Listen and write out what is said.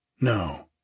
No